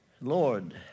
Lord